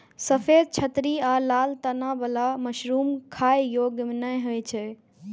सफेद छतरी आ लाल तना बला मशरूम खाइ योग्य नै होइ छै